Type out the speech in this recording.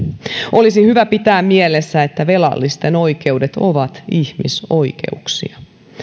olisi hyvä pitää mielessä että velallisten oikeudet ovat ihmisoikeuksia